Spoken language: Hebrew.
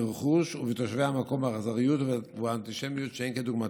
ברכוש ובתושבי המקום באכזריות ובאנטישמיות שאין כדוגמתה.